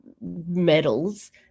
medals